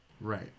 right